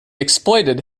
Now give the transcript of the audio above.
exploited